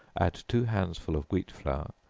add two handsful of wheat flour,